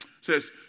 says